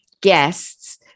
guests